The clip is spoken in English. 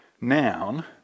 noun